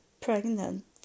pregnant